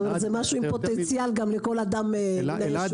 זה משהו עם פוטנציאל לכל אדם מן היישוב.